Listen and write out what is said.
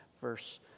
verse